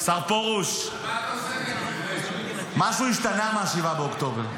השר פרוש, משהו השתנה מ-7 באוקטובר.